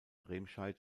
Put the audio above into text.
remscheid